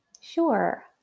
Sure